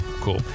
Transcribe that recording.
cool